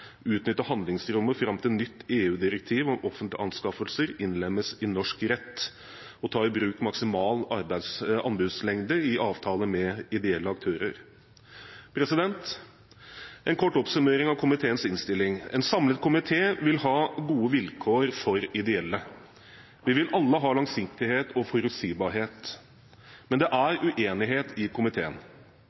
utnytte handlingsrommet fram til nytt EU-direktiv om offentlige anskaffelser innlemmes i norsk rett og ta i bruk maksimal anbudslengde i avtaler med ideelle aktører. En kort oppsummering av komiteens innstilling: En samlet komité vil ha gode vilkår for de ideelle. Vi vil alle ha langsiktighet og forutsigbarhet. Men det er uenighet i komiteen.